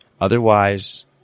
Otherwise